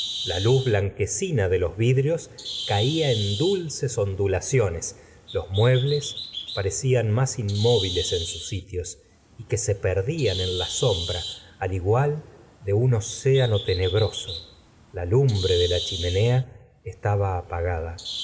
la luz blanquecina de los vidrios caía en dulces ondulaciones los muebles parecían más inmóviles en sus sitios y que se perdían en la sombra al igual de un océano tenebroso la lumbre de la chimenea estaba apagada